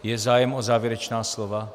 Je zájem o závěrečná slova?